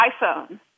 iPhone